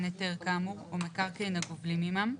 היתר כאמור או מקרקעין הגובלים עמם,